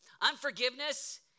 unforgiveness